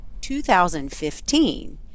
2015